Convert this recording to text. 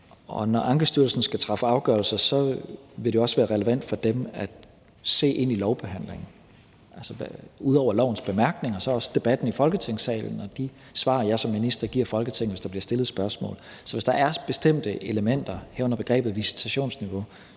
Og når Ankestyrelsen skal træffe afgørelser, vil det også være relevant for dem at se ind i lovbehandlingen, altså ud over lovforslagets bemærkninger også debatten i Folketingssalen og de svar, jeg som minister giver Folketinget, hvis der bliver stillet spørgsmål. Så hvis der er bestemte elementer, herunder begrebet visitationsniveau,